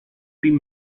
bin